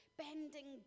bending